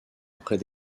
après